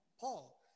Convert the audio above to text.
Paul